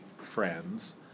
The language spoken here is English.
friends